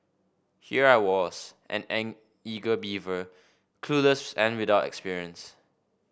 here I was an an eager beaver clueless and without experience